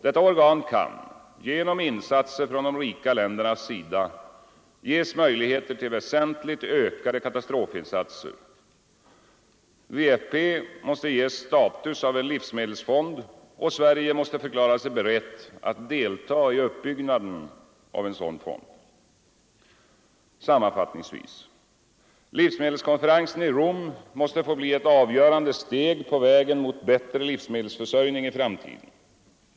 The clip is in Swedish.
Detta organ kan, genom insatser från de rika ländernas sida, ges möjligheter till väsentligt ökade katastrofinsatser. WFP måste ges status av en livsmedelsfond och Sverige måste förklara sig berett att delta i uppbyggnaden av en sådan. Sammanfattningsvis: Livsmedelskonferensen i Rom måste få bli ett avgörande steg på vägen mot en bättre livsmedelsförsörjning i framtiden.